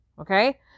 Okay